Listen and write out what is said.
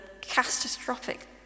catastrophic